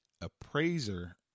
appraiser